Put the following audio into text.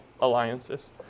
alliances